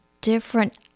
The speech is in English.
different